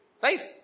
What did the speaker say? Right